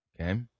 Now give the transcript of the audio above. Okay